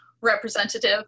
representative